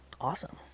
Awesome